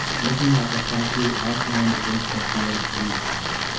looking like a statue outlined against the clear blue sky.